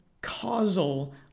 Causal